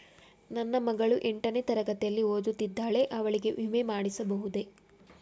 ನನ್ನ ಮಗಳು ಎಂಟನೇ ತರಗತಿಯಲ್ಲಿ ಓದುತ್ತಿದ್ದಾಳೆ ಅವಳಿಗೆ ವಿಮೆ ಮಾಡಿಸಬಹುದೇ?